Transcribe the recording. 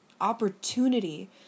opportunity